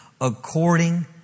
according